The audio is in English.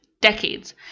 decades